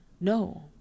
No